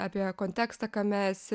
apie kontekstą kame esi